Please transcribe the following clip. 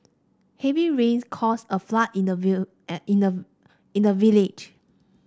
heavy rains caused a flood in the in the in the village